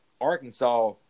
Arkansas